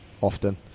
often